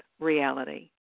reality